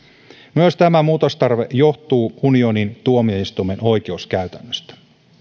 myös tämä muutostarve johtuu unionin tuomioistuimen oikeuskäytännöstä